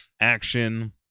action